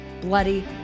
bloody